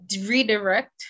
redirect